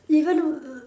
even err err